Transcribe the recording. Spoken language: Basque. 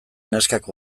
neskak